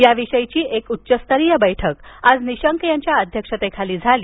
याविषयीची एक उच्चस्तरीय बैठक आज निशंक यांच्या अध्यक्षतेखाली आज झाली